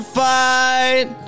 fight